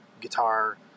guitar